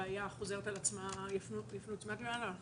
אני